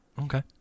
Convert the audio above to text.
Okay